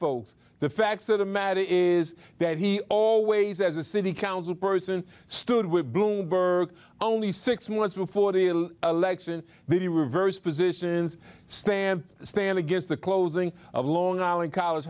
folks the facts of the matter is that he always as a city council person stood with bloomberg only six months before the election the reverse positions stand stand against the closing of long island college